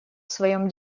своем